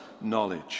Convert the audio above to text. knowledge